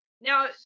now